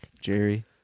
Jerry